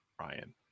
Ryan